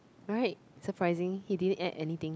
right surprising he didn't add anything